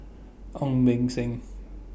Ong Beng Seng